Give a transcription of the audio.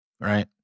right